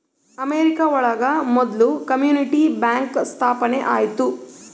America ಒಳಗ ಮೊದ್ಲು community bank ಸ್ಥಾಪನೆ ಆಯ್ತು